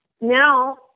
now